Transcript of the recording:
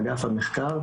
אגף המחקר,